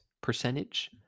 percentage